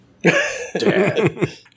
Dad